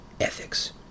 Ethics